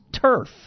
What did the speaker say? turf